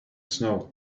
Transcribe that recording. snow